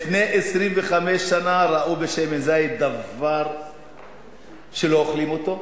לפני 25 שנה ראו בשמן זית דבר שלא אוכלים אותו,